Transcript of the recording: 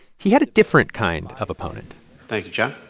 he had a different kind of opponent thanks, jon.